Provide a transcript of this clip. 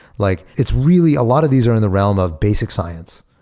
like it's really, a lot of these are in the realm of basic science.